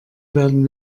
werden